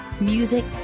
music